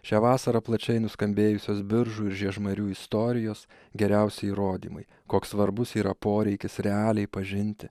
šią vasarą plačiai nuskambėjusios biržų ir žiežmarių istorijos geriausi įrodymai koks svarbus yra poreikis realiai pažinti